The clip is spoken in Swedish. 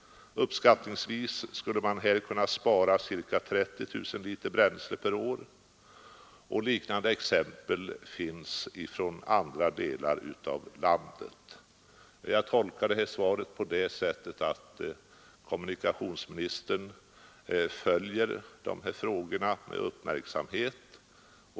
Uppskattningsvis skulle man här kunna spara ca 30 000 liter bränsle per år. Liknande exempel finns från andra delar av landet. Jag tolkar svaret på det sättet att kommunikationsministern följer dessa frågor med uppmärksamhet.